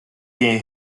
year